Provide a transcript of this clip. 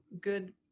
good